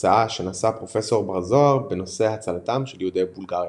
הרצאה שנשא פרופ' בר-זוהר בנושא הצלתם של יהודי בולגריה